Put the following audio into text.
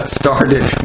started